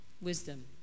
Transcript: wisdom